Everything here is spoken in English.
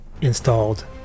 installed